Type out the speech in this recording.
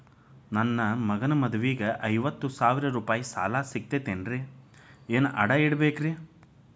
ನನ್ನ ಮಗನ ಮದುವಿಗೆ ಐವತ್ತು ಸಾವಿರ ರೂಪಾಯಿ ಸಾಲ ಸಿಗತೈತೇನ್ರೇ ಏನ್ ಅಡ ಇಡಬೇಕ್ರಿ?